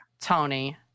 Tony